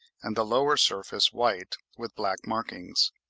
and the lower surface white with black markings.